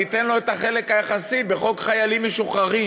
ניתן לו את החלק היחסי בחוק חיילים משוחררים.